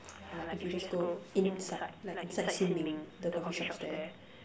ya like if you just go inside like inside Sin Ming the coffee shops there